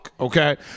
Okay